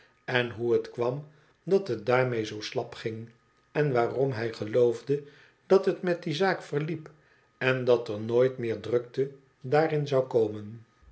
en hoe het kwam dat het daarmee zoo slap ging en waarom hij geloofde dat het met die zaak verliep en dat er nooit meer drukte daarin zou komen